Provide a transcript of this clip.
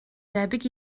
debyg